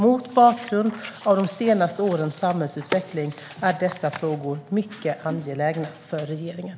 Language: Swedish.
Mot bakgrund av de senaste årens samhällsutveckling är dessa frågor mycket angelägna för regeringen.